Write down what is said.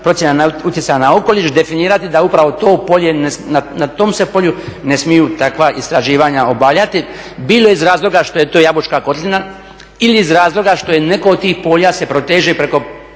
procjena utjecaja na okoliš definirati da upravo to polje, na tom se polju ne smiju takva istraživanja obavljati bilo iz razloga što je to Jabučka kotlina ili iz razloga što je neko od tih polja se proteže preko